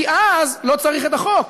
כי אז לא צריך את החוק,